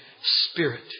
Spirit